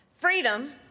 Freedom